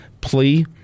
PLEA